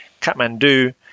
Kathmandu